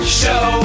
show